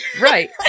Right